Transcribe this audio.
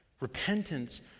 Repentance